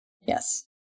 yes